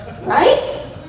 right